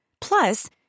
Plus